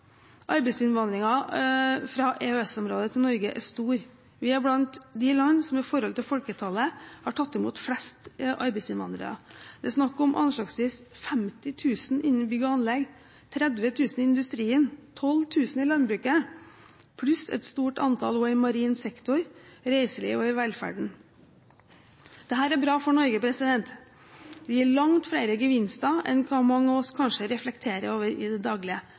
Arbeidsinnvandringen fra EØS-området til Norge er stor. Vi er blant de land som i forhold til folketallet har tatt imot flest arbeidsinnvandrere. Det er snakk om anslagsvis 50 000 innen bygg og anlegg, 30 000 i industrien, 12 000 i landbruket pluss et stort antall også i marin sektor, reiseliv og velferd. Dette er bra for Norge. Det gir langt flere gevinster enn mange av oss kanskje reflekterer over i det daglige.